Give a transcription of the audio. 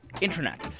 internet